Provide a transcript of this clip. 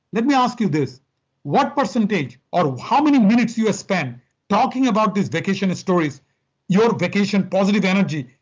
let me ask you this what person think, or how many minutes you spend talking about this vacation stories your vacation positive energy,